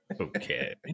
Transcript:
Okay